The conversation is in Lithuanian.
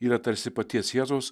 yra tarsi paties jėzaus